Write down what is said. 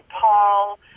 Paul